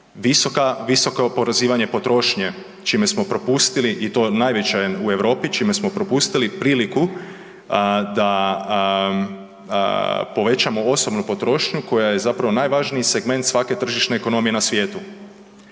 visoka oporezivanja potrošnje, čime smo propustili i to najveća u Europi, čime smo propustili priliku da povećamo osobnu potrošnju koja je zapravo najvažniji segment svake tržišne ekonomije na svijetu.